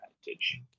advantage